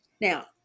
Now